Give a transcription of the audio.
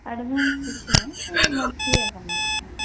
advance କିଛି ନାଇଁ ଆମେ ମନ୍ଥଲି ଏକା ନେଉଛୁ